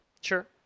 Sure